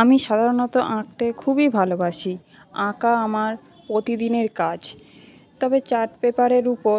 আমি সাধারনত আঁকতে খুবই ভালোবাসি আঁকা আমার প্রতিদিনের কাজ তবে চার্ট পেপারের উপর